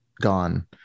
gone